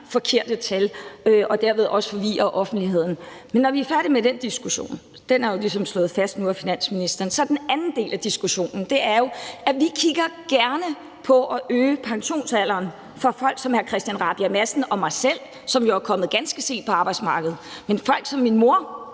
forkerte tal og dermed også forvirre offentligheden. Men når vi er færdige med den diskussion – det er jo ligesom slået fast nu af finansministeren – så er den anden del af diskussionen jo, at vi gerne kigger på at øge pensionsalderen for folk som hr. Christian Rabjerg Madsen og mig selv, som er kommet ganske sent ud på arbejdsmarkedet. Men folk som min mor,